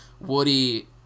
Woody